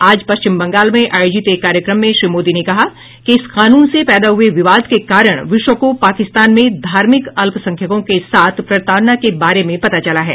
आज पश्चिम बंगाल में आयोजित एक कार्यक्रम में श्री मोदी ने कहा कि इस कानून से पैदा हुए विवाद के कारण विश्व को पाकिस्तान में धार्मिक अल्पसंख्यकों के साथ प्रताड़ना के बारे में पता चला है